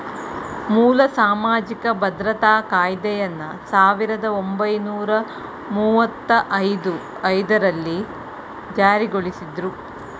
ಮೂಲ ಸಾಮಾಜಿಕ ಭದ್ರತಾ ಕಾಯ್ದೆಯನ್ನ ಸಾವಿರದ ಒಂಬೈನೂರ ಮುವ್ವತ್ತಐದು ರಲ್ಲಿ ಜಾರಿಗೊಳಿಸಿದ್ರು